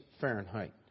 Fahrenheit